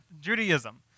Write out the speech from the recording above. Judaism